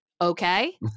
Okay